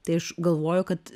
tai aš galvoju kad